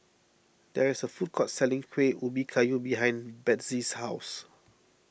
there is a food court selling Kueh Ubi Kayu behind Bethzy's house